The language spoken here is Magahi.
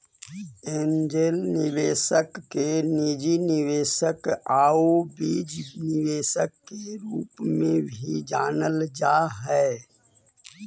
एंजेल निवेशक के निजी निवेशक आउ बीज निवेशक के रूप में भी जानल जा हइ